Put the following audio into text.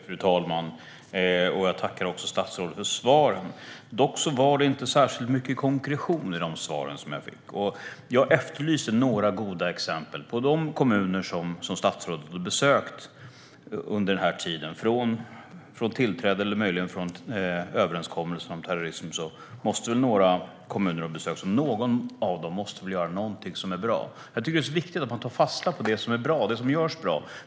Fru talman! Jag tackar statsrådet för svaren. Dock var det inte särskilt mycket konkretion i de svar jag fick. Jag efterlyser några goda exempel från de kommuner som statsrådet har besökt under den här tiden, sedan tillträdet eller möjligen sedan överenskommelsen om terrorism. Några av de kommuner som statsrådet har besökt måste väl göra någonting som är bra. Jag tycker att det är viktigt att man tar fasta på det som är bra och det som görs bra.